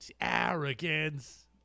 Arrogance